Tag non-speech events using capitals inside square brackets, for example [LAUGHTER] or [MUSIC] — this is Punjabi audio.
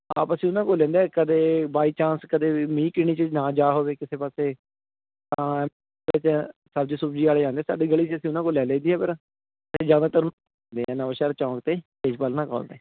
ਹਾਂ ਬਸ ਉਹਨਾਂ ਕੋਲ ਲੈਂਦੇ ਹੈ ਕਦੇ ਬਾਈ ਚਾਂਸ ਕਦੇ ਮੀਂਹ ਕਣੀ 'ਚ ਨਾ ਜਾ ਹੋਵੇ ਕਿਸੇ ਪਾਸੇ ਤਾਂ [UNINTELLIGIBLE] ਸਬਜ਼ੀ ਸੁਬਜ਼ੀ ਵਾਲੇ ਆਉਂਦੇ ਸਾਡੀ ਗਲੀ 'ਚ ਅਸੀਂ ਉਹਨਾਂ ਕੋਲ ਲੈ ਲਈ ਦੀ ਹੈ ਫਿਰ ਜ਼ਿਆਦਾਤਰ ਹੁੰਦੇ ਹੈ ਨਵਾਂਸ਼ਹਿਰ ਚੌਂਕ 'ਤੇ [UNINTELLIGIBLE] ਉਨ੍ਹਾਂ ਕੋਲ ਤੋਂ